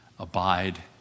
Abide